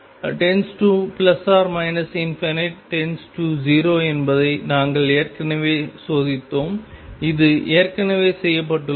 →0 என்பதை நாங்கள் ஏற்கனவே சோதித்தோம் இது ஏற்கனவே செய்யப்பட்டுள்ளது